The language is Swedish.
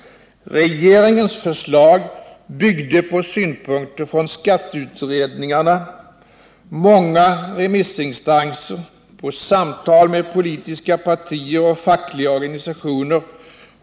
Regeringens förslag bygger på synpunkter från skatteutredningarna och många remissinstanser samt på samtal med politiska partier och fackliga organisationer.